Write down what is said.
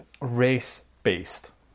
race-based